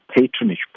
patronage